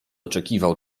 oczekiwał